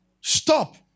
stop